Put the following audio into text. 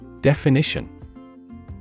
Definition